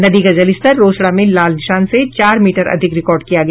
नदी का जलस्तर रोसड़ा में लाल निशान से चार मीटर अधिक रिकॉर्ड किया गया